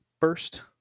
first